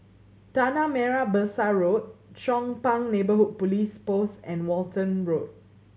Tanah Merah Besar Road Chong Pang Neighbourhood Police Post and Walton Road